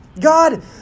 God